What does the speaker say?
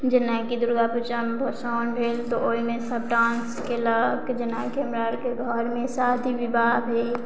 जेनाकि दुर्गा पूजामे भाषण भेल तऽ ओहिमे सब डांस केलक जेनाकि हमरा आरके घरमे शादी विवाह भेल